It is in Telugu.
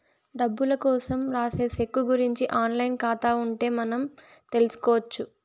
డబ్బులు కోసం రాసే సెక్కు గురుంచి ఆన్ లైన్ ఖాతా ఉంటే మనం తెల్సుకొచ్చు